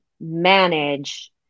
manage